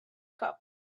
cup